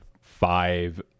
five